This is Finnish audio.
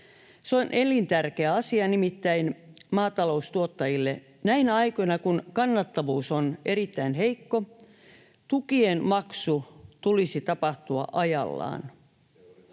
Se on elintärkeä asia. Nimittäin maataloustuottajille näinä aikoina, kun kannattavuus on erittäin heikko, tukien maksun tulisi tapahtua ajallaan.